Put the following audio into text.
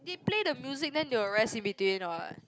they play the music then they will rest in between what